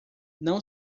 não